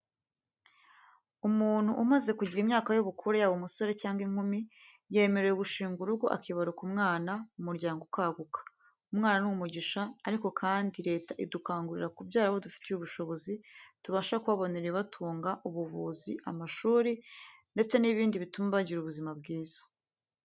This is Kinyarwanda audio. Umuntu umaze kugira imyaka y'ubukure yaba umusore cyangwa inkumi yemerewe gushinga urugo akibaruka umwana, umuryango ukaguka. Umwana ni umugisha ariko kandi Leta idukangurira kubyara abo dufitiye ubushobozi, tubasha kubabonera ibibatunga, ubuvuzi, amashuri ndetse n'ibindi bituma bagira ubuzima bwiza.